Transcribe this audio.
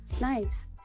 Nice